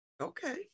Okay